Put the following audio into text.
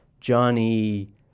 Johnny